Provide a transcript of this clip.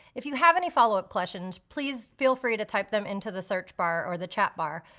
if you have any followup questions please feel free to type them into the search bar or the chat bar.